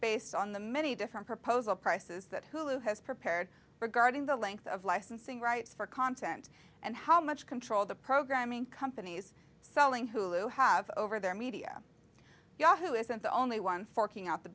based on the many different proposal prices that hulu has prepared regarding the length of licensing rights for content and how much control the programming companies selling hulu have over their media yahoo isn't the only one forking out the